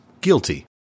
guilty